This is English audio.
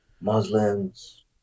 Muslims